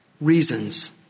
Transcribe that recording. reasons